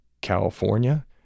California